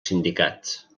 sindicats